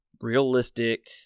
realistic